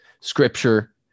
Scripture